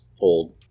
old